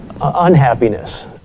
unhappiness